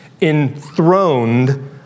enthroned